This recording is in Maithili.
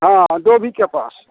हँ डोभीके पास